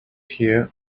here